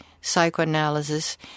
psychoanalysis